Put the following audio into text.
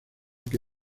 que